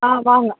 ஆ வாங்க